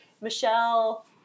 Michelle